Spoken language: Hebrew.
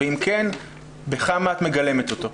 ואם כן, בכמה את מגלמת אותו?